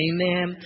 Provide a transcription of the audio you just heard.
Amen